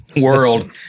world